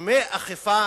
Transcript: וגורמי אכיפה